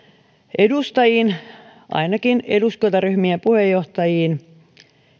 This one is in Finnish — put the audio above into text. edustajiin ainakin eduskuntaryhmien puheenjohtajiin